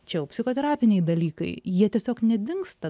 čia jau psichoterapiniai dalykai jie tiesiog nedingsta